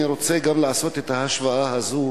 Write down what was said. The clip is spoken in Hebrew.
אני רוצה גם לעשות את ההשוואה הזו,